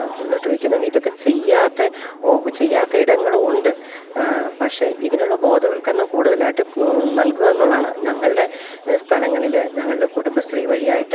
മുന്നോട്ട് വെക്കുന്നുണ്ട് ഇതൊക്കെ ചെയ്യാത്ത ചെയ്യാത്ത ഇടങ്ങളും ഉണ്ട് പക്ഷേ ഇതിനുള്ള ബോധവൽക്കരണം കൂടുതലായിട്ട് നൽകുക എന്നുള്ളതാണ് ഞങ്ങളുടെ സ്ഥലങ്ങളിൽ ഞങ്ങളുടെ കുടുംബശ്രീ വഴിയായിട്ട്